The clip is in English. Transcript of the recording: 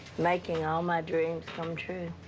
making all my dreams come true.